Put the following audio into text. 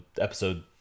episode